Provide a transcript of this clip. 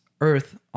earth